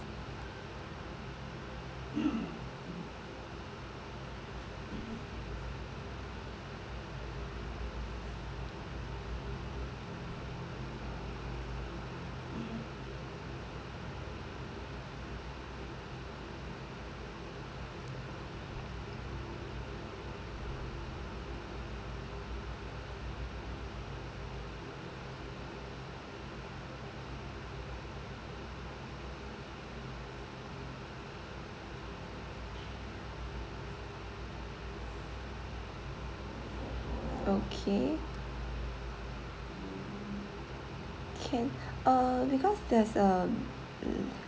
okay can uh because there's a